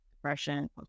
depression